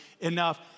enough